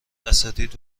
اساتید